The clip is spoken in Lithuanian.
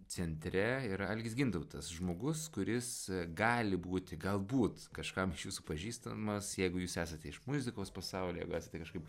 centre yra algis gintautas žmogus kuris gali būti galbūt kažkam iš jūsų pažįstamas jeigu jūs esate iš muzikos pasaulio jeigu esate kažkaip